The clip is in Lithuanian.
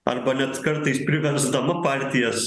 arba net kartais priversdama partijas